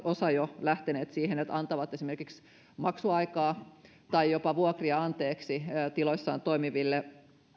osa on jo lähtenyt siihen että ne antavat esimerkiksi maksuaikaa tai jopa vuokria anteeksi tiloissaan toimiville